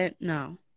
no